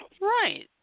Right